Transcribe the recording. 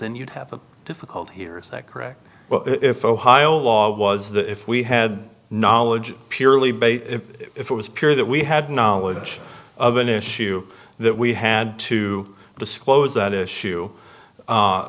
then you'd have a difficult here is that correct if ohio law was that if we had knowledge purely based if it was pure that we had knowledge of an issue that we had to disclose that issue